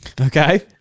Okay